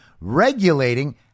regulating